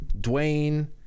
Dwayne